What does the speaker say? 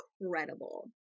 incredible